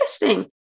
interesting